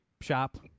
shop